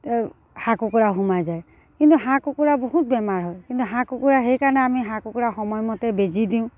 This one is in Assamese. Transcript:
হাঁহ কুকুৰা সোমাই যায় কিন্তু হাঁহ কুকুৰা বহুত বেমাৰ হয় কিন্তু হাঁহ কুকুৰা সেইকাৰণে আমি হাঁহ কুকুৰা সময়মতে বেজী দিওঁ